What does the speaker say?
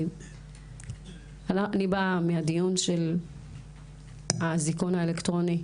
אני באה מהדיון של האזיקון האלקטרוני,